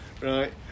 right